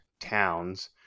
towns